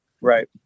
Right